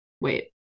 Wait